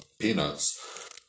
peanuts